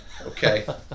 Okay